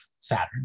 Saturn